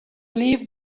leave